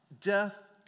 Death